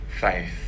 faith